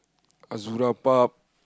Azzura Pub